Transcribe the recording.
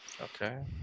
Okay